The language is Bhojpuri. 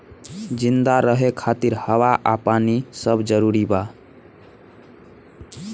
जिंदा रहे खातिर हवा आ पानी सब जरूरी बा